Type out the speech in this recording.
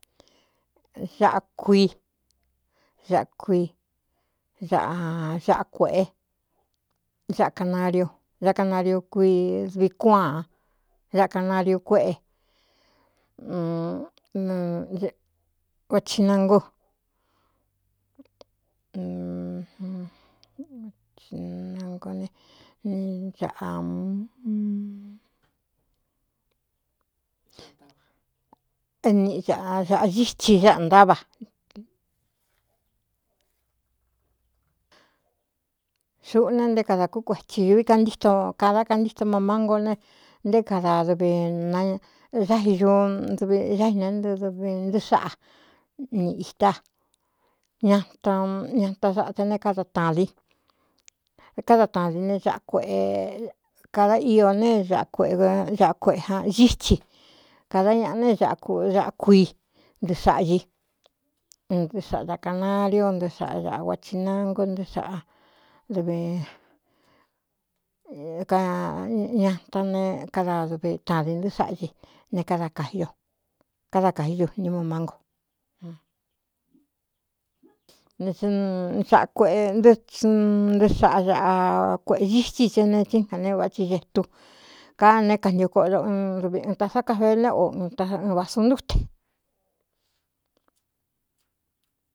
Aꞌkuꞌáanaiudv knaniukꞌnnaꞌaítsi áꞌa ntávaxuꞌu ne nté kadā kú kueti ūvi kantíto kada kantíto ma mángo ne nté kadadvzáiñuu dvi áina nɨ dvi ntɨ sáꞌa ni itá añatan saꞌa te ne aakáda tadin né aꞌa kuꞌe kada íō ne ꞌaꞌa kuꞌea ítsi kāda ñaꞌa ne uakui nɨ saꞌa iɨ saꞌa canariú ntɨ saꞌa ꞌa guachi nangú nñatan ne kada duvi tadin ntɨ sáꞌa i ne d kkáda kaí ñu ñimo mánguaꞌa kueꞌe nɨɨnɨɨ saꞌa aꞌa kueꞌē sitsi te ne tsɨɨnkān ne vachi detu ka né kantio koꞌo do n dvi un ta sá ká fe né o ɨn vāsu ntúten.